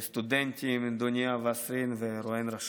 והסטודנטים, דוניא וסארין ורואן ראשד.